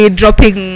dropping